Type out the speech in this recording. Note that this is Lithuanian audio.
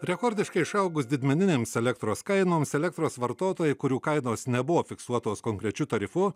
rekordiškai išaugus didmeninėms elektros kainoms elektros vartotojai kurių kainos nebuvo fiksuotos konkrečiu tarifu